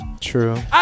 True